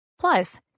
Plus